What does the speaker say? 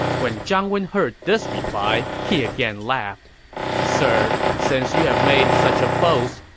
when zhang wen heard this reply, he again laughed sir, since you have made such a boast,